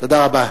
תודה רבה.